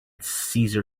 cesar